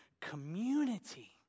Community